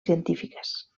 científiques